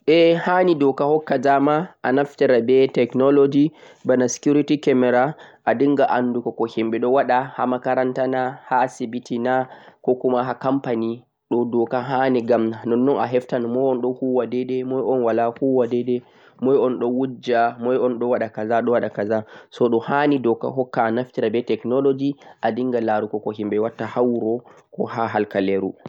Ae hani doka hukka dama a naftira be technology bana security camira adinga anduko ko himɓe ɗon waɗa ha makaranta na, ha asibiti na kokuma ha company ɗo ha doka hanii ngam nonnon a heftata nmon on ɗon wuwa daidai moi on bo wala huwa daidai, moi on ɗon wujja, moi on ɗon waɗa kaza be kaza. so ɗo hanii doka hokka dama a naftira be technology adinga larugo ko himɓe watta ha wuro ko ha halkaleru.